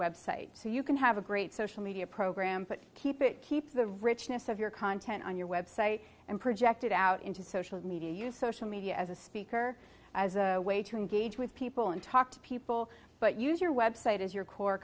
website so you can have a great social media program but keep it keep the richness of your content on your website and projected out into social media use social media as a speaker as a way to engage with people and talk to people but use your website as your core